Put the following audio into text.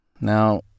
Now